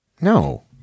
No